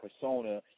persona